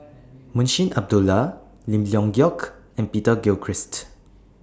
Munshi Abdullah Lim Leong Geok and Peter Gilchrist